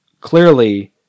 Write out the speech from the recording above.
clearly